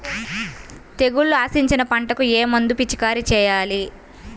తెగుళ్లు ఆశించిన పంటలకు ఏ మందు పిచికారీ చేయాలి?